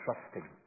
trusting